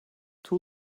two